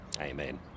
Amen